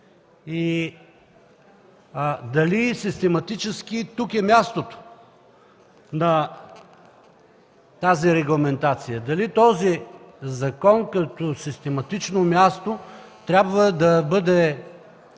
дали систематически тук й е мястото на тази регламентация; дали в този закон като систематично място трябва да бъде